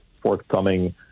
forthcoming